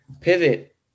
pivot